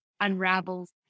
unravels